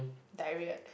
diarrhea